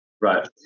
right